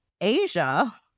Asia